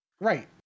Right